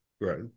right